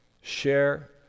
share